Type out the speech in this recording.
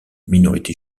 minorité